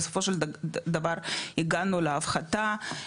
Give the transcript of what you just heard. בסופו של דבר הגענו להפחתה,